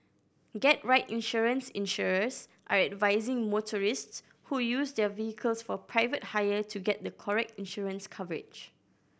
get right insurance Insurers are advising motorists who use their vehicles for private hire to get the correct insurance coverage